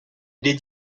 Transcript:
did